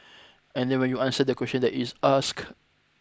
and then when you answer the question that is asked